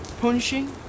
punching